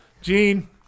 Gene